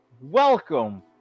welcome